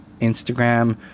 Instagram